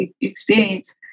experience